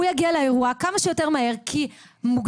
הוא יגיע לאירוע כמה שיותר מהר כי מוגדר